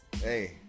hey